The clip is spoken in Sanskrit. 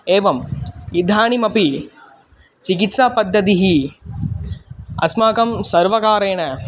एवम् इदानीमपि चिकित्सापद्धतिः अस्माकं सर्वकारेण